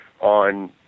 on